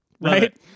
Right